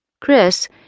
Chris